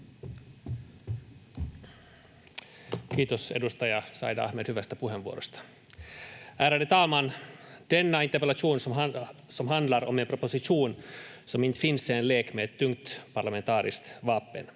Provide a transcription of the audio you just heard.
Kiitos, edustaja Said Ahmed, hyvästä puheenvuorosta. Ärade talman! Denna interpellation som handlar om en proposition som inte finns är en lek med ett tungt parlamentariskt vapen.